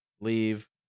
Leave